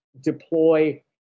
deploy